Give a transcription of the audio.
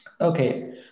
Okay